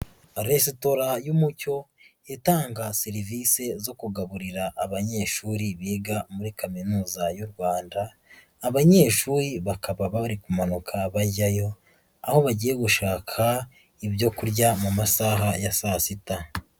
Resitora y'umucyo itanga serivisi zo kugaburira abanyeshuri biga muri kaminuza y'u Rwanda. Abanyeshuri bakaba bari kumanuka bajyayo aho bagiye gushaka ibyo kurya mu masaha ya sa sita.